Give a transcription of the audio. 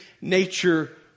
nature